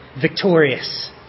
victorious